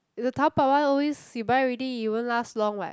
is the Taobao one always you buy already it won't last long what